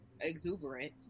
exuberant